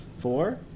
Four